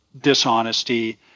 dishonesty